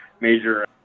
major